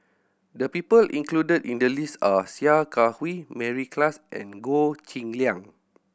the people included in the list are Sia Kah Hui Mary Klass and Goh Cheng Liang